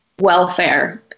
welfare